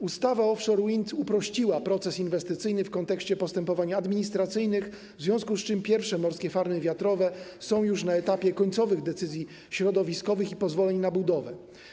Ustawa offshore wind uprościła proces inwestycyjny w kontekście postępowań administracyjnych, w związku z czym pierwsze morskie farmy wiatrowe są już na etapie końcowych decyzji środowiskowych i pozwoleń na budowę.